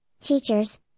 teachers